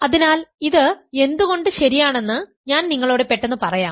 അതിനാൽ ഇത് എന്തുകൊണ്ട് ശരിയാണെന്ന് ഞാൻ നിങ്ങളോട് പെട്ടെന്ന് പറയാം